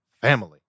family